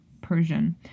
Persian